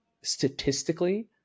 statistically